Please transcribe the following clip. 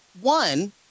one